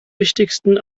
wichtigsten